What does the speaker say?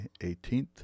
18th